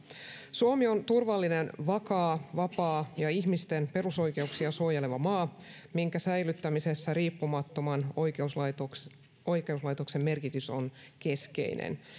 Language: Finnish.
suomi on turvallinen vakaa vapaa ja ihmisten perusoikeuksia suojeleva maa minkä säilyttämisessä riippumattoman oikeuslaitoksen oikeuslaitoksen merkitys on keskeinen